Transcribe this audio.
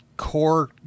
core